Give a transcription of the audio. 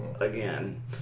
again